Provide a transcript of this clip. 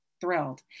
thrilled